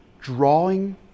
Drawing